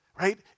right